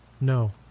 No